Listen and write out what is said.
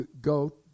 go